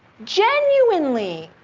genuinely.